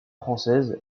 française